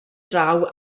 draw